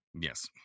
Yes